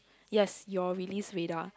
yes your release radar